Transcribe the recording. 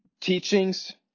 teachings